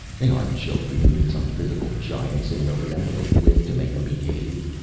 they aren't children, who need some physical giant sitting over them with a whip to make them behave.